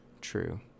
True